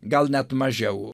gal net mažiau